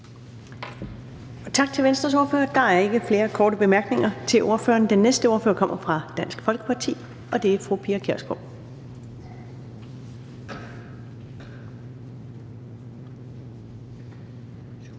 Tak til Venstres ordfører. Der er ikke flere korte bemærkninger til ordføreren. Den næste ordfører kommer fra Dansk Folkeparti, og det er fru Pia Kjærsgaard. Kl.